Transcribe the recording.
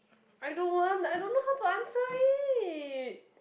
I don't want I don't know how to answer it